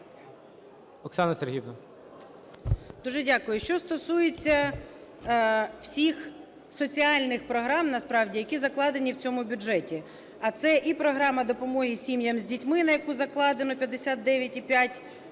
О.С. Дуже дякую. Що стосується всіх соціальних програм, які закладені в цьому бюджеті. А це і програма допомоги сім'ям з дітьми, в яку закладено 59,5